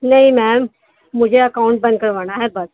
نہیں میم مجھے اکاؤنٹ بند کروانا ہے بس